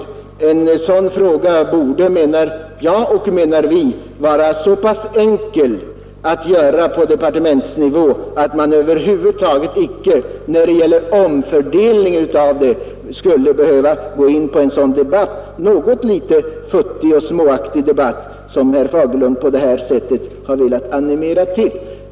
Den saken borde, menar jag och menar vi, vara så pass enkel att göra på departementsnivå att vi inte här kan behöva gå in på den något futtiga och småaktiga debatt som herr Fagerlund ville animera till.